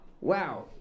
Wow